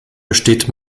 besteht